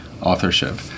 authorship